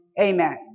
Amen